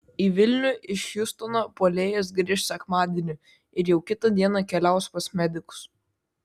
į vilnių iš hjustono puolėjas grįš sekmadienį ir jau kitą dieną keliaus pas medikus